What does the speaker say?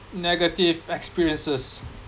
negative experiences